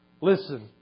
Listen